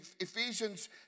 Ephesians